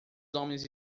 homens